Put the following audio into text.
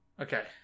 Okay